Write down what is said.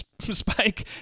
Spike